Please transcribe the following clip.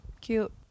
cute